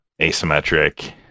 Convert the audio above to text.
asymmetric